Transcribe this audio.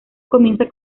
comienza